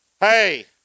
Hey